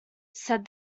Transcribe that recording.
said